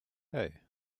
hey